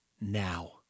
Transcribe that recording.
now